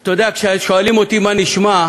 אתה יודע, כששואלים אותי "מה נשמע?",